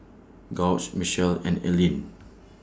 Gauge Michele and Eileen